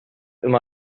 noch